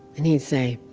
and he'd say,